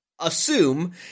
assume